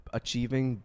achieving